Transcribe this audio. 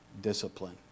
discipline